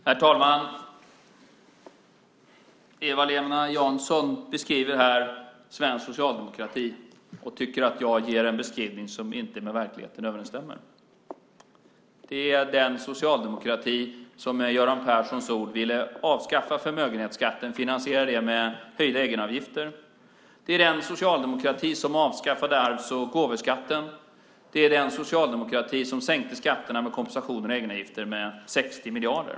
Herr talman! Eva-Lena Jansson beskriver här svensk socialdemokrati och tycker att jag ger en beskrivning som inte överensstämmer med verkligheten. Det är den socialdemokrati som med Göran Perssons ord ville avskaffa förmögenhetsskatten och finansiera det med höjda egenavgifter. Det är den socialdemokrati som avskaffade arvs och gåvoskatten. Det är den socialdemokrati som sänkte skatterna med kompensationen av egenavgifterna med 60 miljarder.